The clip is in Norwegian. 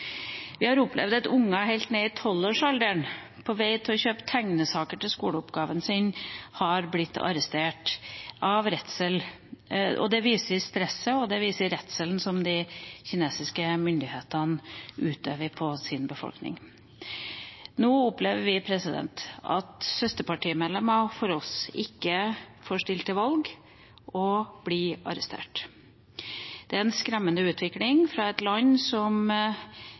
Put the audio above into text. Vi har opplevd at unger helt ned i tolvårsalderen på vei for å kjøpe tegnesaker til skoleoppgaven sin er blitt arrestert. Det viser stresset og redselen som de kinesiske myndighetene påfører sin befolkning. Nå opplever vi at søsterpartimedlemmer av oss ikke får stilt til valg og blir arrestert. Det er en skremmende utvikling fra et land som